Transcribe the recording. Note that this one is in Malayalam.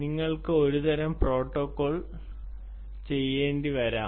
നിങ്ങൾക്ക് ഒരുതരം പ്രോട്ടോക്കോൾ ചെയ്യേണ്ടിവരാം